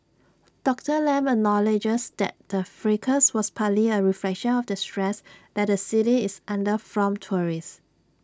Doctor Lam acknowledges that the fracas was partly A reflection of the stress that the city is under from tourists